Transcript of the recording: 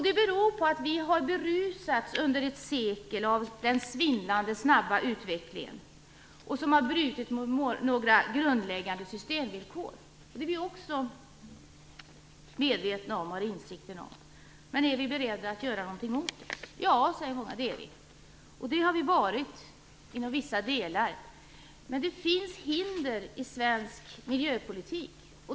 Det beror på att vi under ett sekel har berusats av den svindlande snabba utvecklingen, som har brutit mot några grundläggande systemvillkor. Det är vi också medvetna om. Det har vi också insikt om. Men är vi beredda att göra något åt det? Ja, säger många, det är vi. Det har vi varit inom vissa delar. Men det finns hinder i svensk miljöpolitik.